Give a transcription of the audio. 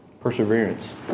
perseverance